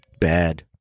bad